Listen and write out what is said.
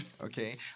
Okay